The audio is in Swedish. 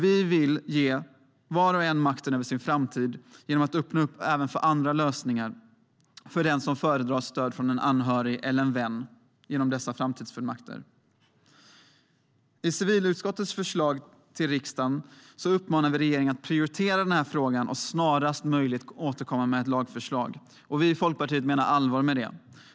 Vi vill ge var och en makten över sin framtid genom att öppna upp även för andra lösningar för den som föredrar stöd från en anhörig eller en vän genom dessa framtidsfullmakter. I civilutskottets förslag till riksdagen uppmanar vi regeringen att prioritera frågan och snarast möjligt återkomma med ett lagförslag. Vi i Folkpartiet menar allvar med det.